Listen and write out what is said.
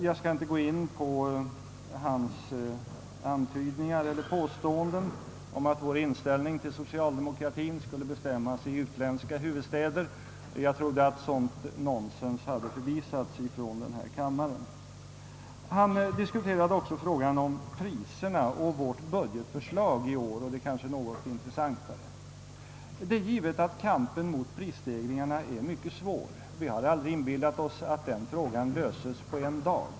Jag skall inte närmare gå in på hans antydningar eller påståenden om att vår inställning till socialdemokratien skulle bestämmas i utländska huvudstäder. Jag trodde att sådant nonsens hade förvisats från den här kammaren. Herr Bengtsson diskuterade också frågan om priserna och vårt budgetförslag i år, och detta ämne är kanske något intressantare. Det är givet att kampen mot prisstegringarna är mycket svår. Vi har aldrig inbillat oss att den frågan löses på en dag.